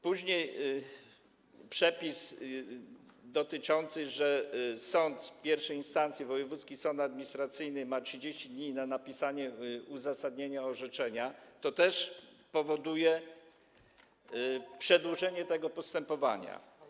Przepis dotyczący tego, że sąd I instancji, wojewódzki sąd administracyjny, ma 30 dni na napisanie uzasadnienia orzeczenia, też powoduje przedłużenie tego postępowania.